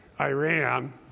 Iran